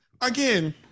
again